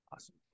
awesome